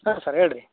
ಹಾಂ ಸರ್ ಹೇಳ್ರಿ